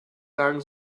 sagen